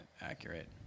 accurate